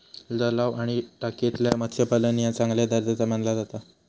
तलाव आणि टाकयेतला मत्स्यपालन ह्या चांगल्या दर्जाचा मानला जाता